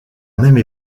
même